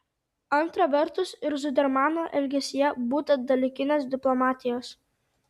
antra vertus ir zudermano elgesyje būta dalykinės diplomatijos